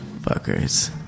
Fuckers